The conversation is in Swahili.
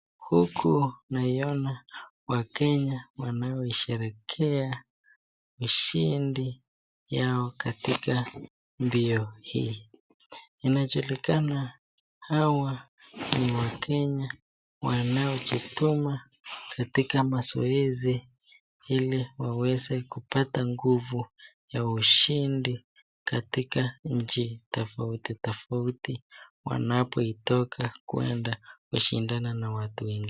Huku naona wakenya wanaosherekea ushindi yao katika mbio hii inajulikana hawa ni wakenya wanaojituma katika mazoezi ili waweze kupata nguvu ya ushindi katika nchi tofauti tofauti wanapotoka kuenda kushindana na watu wengine.